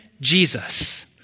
Jesus